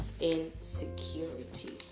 insecurity